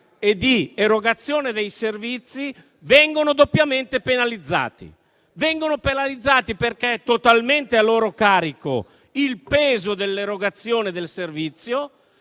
e di erogazione di servizi vengono doppiamente penalizzati, perché è totalmente a loro carico il peso dell'erogazione del servizio